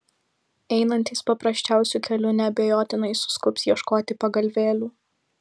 einantys paprasčiausiu keliu neabejotinai suskubs ieškoti pagalvėlių